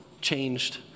changed